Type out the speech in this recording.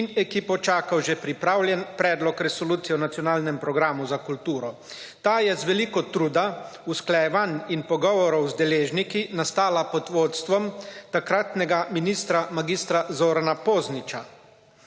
in ekipo čakal že pripravljen Predlog Resolucije o nacionalnem programu za kulturo. Ta je z veliko truda usklajevanj in pogovorov z deležniki nastala pod vodstvom takratnega ministra mag. Zorana Pozniča.